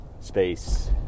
space